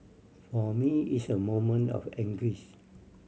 for me it's a moment of anguish